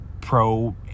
Pro